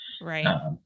Right